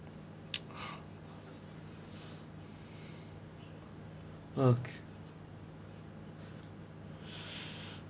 okay